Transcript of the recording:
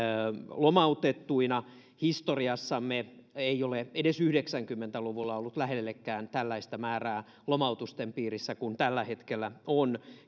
lomautettuina historiassamme ei ole edes yhdeksänkymmentä luvulla ollut lähellekään tällaista määrää lomautusten piirissä kuin tällä hetkellä on